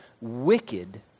wicked